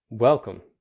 Welcome